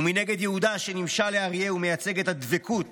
מנגד, יהודה, שנמשל לאריה ומייצג את הדבקות